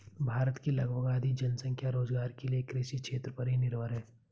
भारत की लगभग आधी जनसंख्या रोज़गार के लिये कृषि क्षेत्र पर ही निर्भर है